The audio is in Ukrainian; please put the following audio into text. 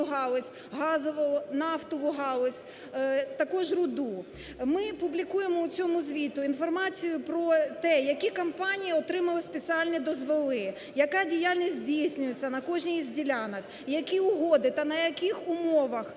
галузь, газову, нафтову галузь, також руду. Ми публікуємо у цьому звіті інформацію про те, які компанії отримали спеціальні дозволи, яка діяльність здійснюється на кожній із ділянок і які угоди та на яких умовах